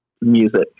music